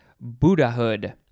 Buddhahood